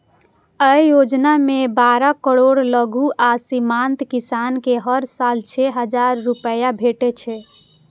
अय योजना मे बारह करोड़ लघु आ सीमांत किसान कें हर साल छह हजार रुपैया भेटै छै